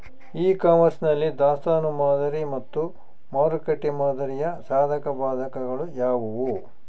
E commerce ನಲ್ಲಿ ದಾಸ್ತನು ಮಾದರಿ ಮತ್ತು ಮಾರುಕಟ್ಟೆ ಮಾದರಿಯ ಸಾಧಕಬಾಧಕಗಳು ಯಾವುವು?